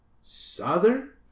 Southern